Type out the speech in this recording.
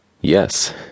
Yes